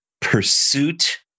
pursuit